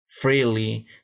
freely